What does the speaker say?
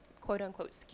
quote-unquote